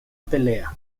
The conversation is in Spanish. pelea